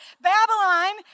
Babylon